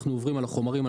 אנחנו עוברים על החומרים.